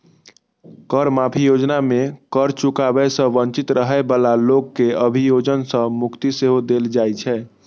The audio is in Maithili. कर माफी योजना मे कर चुकाबै सं वंचित रहै बला लोक कें अभियोजन सं मुक्ति सेहो देल जाइ छै